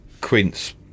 Quince